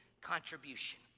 contribution